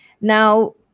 now